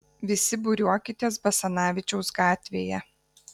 visi būriuokitės basanavičiaus gatvėje